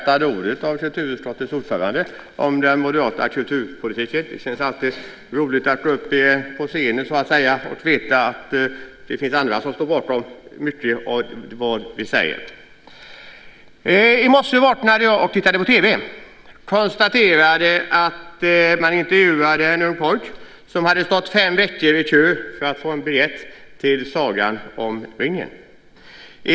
Fru talman! Låt mig börja med att tacka för de uppskattande orden från kulturutskottets ordförande om den moderata kulturpolitiken. Det ska faktiskt bli roligt att stå på scenen och veta att det finns andra som står bakom mycket av det som vi säger. När jag vaknade i morse tittade jag på TV och konstaterade att man intervjuade folk som hade stått fem veckor i kö för att få en biljett till Sagan om ringen.